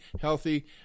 healthy